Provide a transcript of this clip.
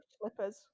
slippers